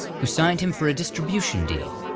who signed him for a distribution deal.